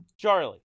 Charlie